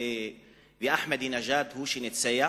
ואחמדינג'אד הוא שניצח,